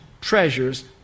treasures